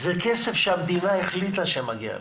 זה כסף שהמדינה החליטה שמגיע לו.